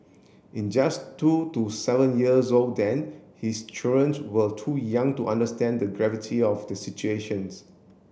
in just two to seven years old then his children were too young to understand the gravity of the situations